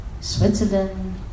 Switzerland